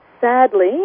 Sadly